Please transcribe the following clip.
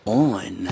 on